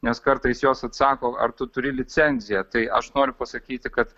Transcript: nes kartais jos atsako ar tu turi licenciją tai aš noriu pasakyti kad